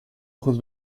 ojos